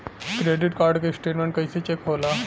Credit card के statement कइसे check होला?